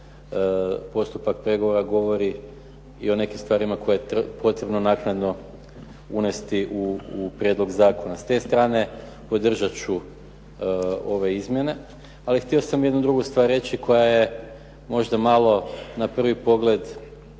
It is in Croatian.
postupak pregovora govori i o nekim stvarima koje je potrebno naknadno unijeti u prijedlog zakona. S te strane podržati ću ove izmjene, ali htio sam jednu drugu stvar reći koja je možda malo na prvi pogled